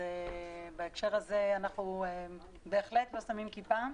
בהקשר הזה אנחנו בהחלט לא שמים כיפה.